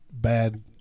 bad